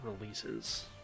releases